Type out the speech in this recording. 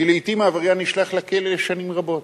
כי לעתים העבריין נשלח לכלא לשנים רבות,